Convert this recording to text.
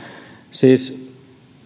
siis